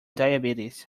diabetes